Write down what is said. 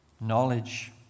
knowledge